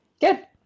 Good